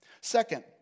Second